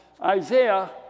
Isaiah